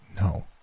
no